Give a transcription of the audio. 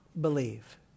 believe